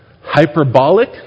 hyperbolic